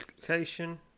location